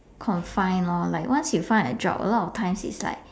confined lor like once you find a job a lot of times it's like